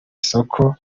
soko